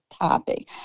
topic